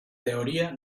teoría